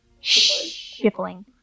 Shuffling